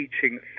teaching